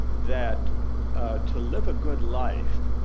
that to live a good life,